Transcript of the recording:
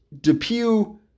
Depew